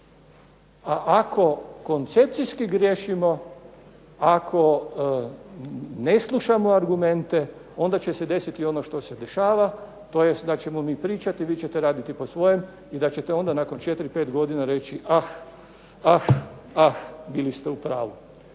A ako koncepcijski griješimo, ako ne slušamo argumente onda će se desiti ono što se dešava, tj. da ćemo mi pričati, vi ćete raditi po svojem i da ćete onda nakon 4, 5 godina reći ah, ah, ah, bili ste u pravu.